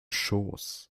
schoß